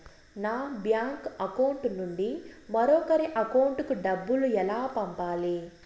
నా bank account నుండి మరొకరి అకౌంట్ కు డబ్బులు ఎలా పంపాలి